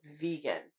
Vegan